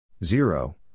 zero